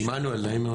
עמנואל, נעים מאוד.